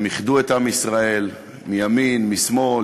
הם איחדו את עם ישראל מימין ומשמאל,